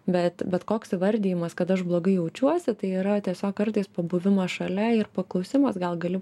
bet bet koks įvardijimas kad aš blogai jaučiuosi tai yra tiesiog kartais pabuvimas šalia ir paklausimas gal gali